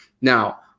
Now